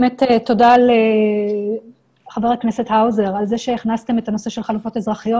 באמת תודה לחבר הכנסת האוזר על זה שהכנסתם את הנושא של חלופות אזרחיות.